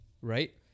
right